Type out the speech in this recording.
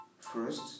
first